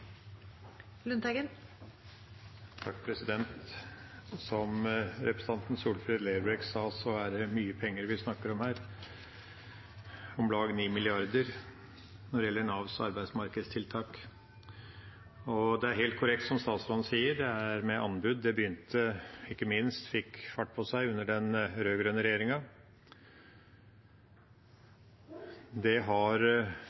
representanten Solfrid Lerbrekk sa, er det mye penger vi snakker om her – om lag 9 mrd. kr når det gjelder Navs arbeidsmarkedstiltak. Det er helt korrekt som statsråden sier, at det med anbud begynte – ikke minst fikk det fart på seg – under den rød-grønne regjeringa. Det har ført til at det har blitt store endringer, og det har